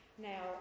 Now